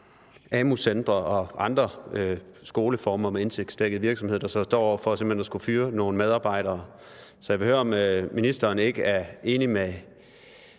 amu-centre og andre skoleformer med indtægtsdækket virksomhed, der simpelt hen står over for at skulle fyre nogle medarbejdere. Så jeg vil høre, om ministeren ikke er enig med